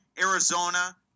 Arizona